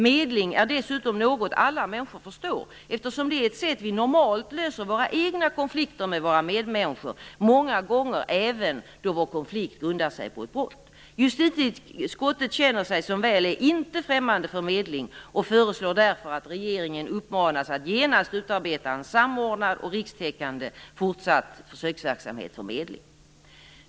Medling är dessutom något alla människor förstår eftersom det är det sätt på vilket vi normalt löser våra egna konflikter med våra medmänniskor. Det gäller även många gånger då vår konflikt grundar sig på ett brott. Justitieutskottet känner sig som väl är inte främmande för medling och föreslår därför att regeringen uppmanas att genast utarbeta en samordnad och rikstäckande fortsatt försöksverksamhet för medling.